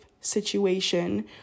situation